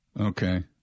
Okay